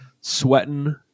Sweatin